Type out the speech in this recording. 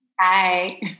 Hi